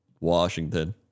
Washington